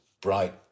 bright